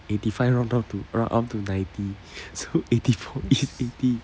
eighty five down to round up to ninety so eighty four is eighty